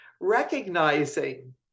recognizing